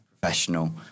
professional